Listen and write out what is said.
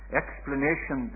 explanation